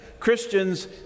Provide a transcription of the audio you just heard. Christians